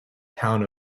town